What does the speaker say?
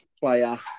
Player